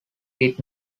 did